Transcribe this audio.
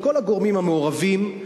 לכל הגורמים המעורבים,